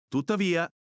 Tuttavia